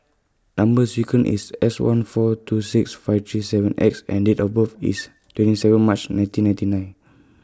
Number sequence IS S one four two six five three seven X and Date of birth IS twenty seven March nineteen ninety nine